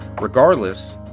Regardless